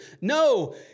No